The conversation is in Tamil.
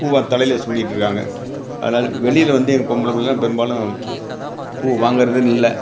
பூவாக தலையில் சூடிகிட்ருக்காங்க அதனால் வெளியில் வந்து எங்கள் பொம்பளை பிள்ள பெரும்பாலும் பூ வாங்கிறதுன்னு இல்லை